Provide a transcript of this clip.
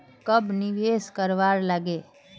कब निवेश करवार लागे?